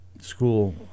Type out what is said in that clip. school